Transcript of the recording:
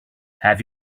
have